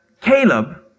Caleb